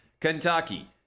Kentucky